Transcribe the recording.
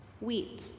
Weep